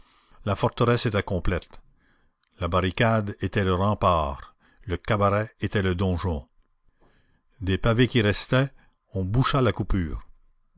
la forteresse était complète la barricade était le rempart le cabaret était le donjon des pavés qui restaient on boucha la coupure